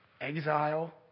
exile